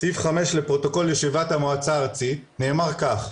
סעיף 5 לפרוטוקול הישיבה הארצית, נאמר כך: